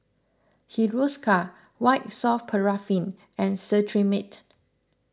Hiruscar White Soft Paraffin and Cetrimide